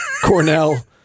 Cornell